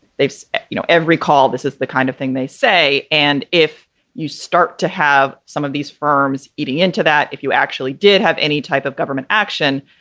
they've so you know every call. this is the kind of thing they say. and if you start to have some of these firms eating into that, if you actually did have any type of government action,